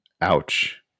Ouch